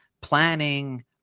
planning